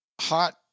hot